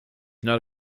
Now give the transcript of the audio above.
not